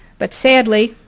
but sadly,